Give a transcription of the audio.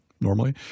normally